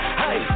hey